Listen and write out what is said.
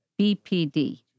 BPD